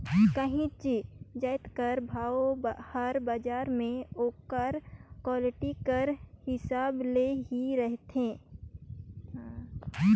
काहींच जाएत कर भाव हर बजार में ओकर क्वालिटी कर हिसाब ले ही रहथे